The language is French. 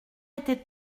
étaient